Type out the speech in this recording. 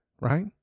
right